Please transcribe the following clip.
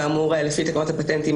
כאמור לפי תקנות הפטנטים,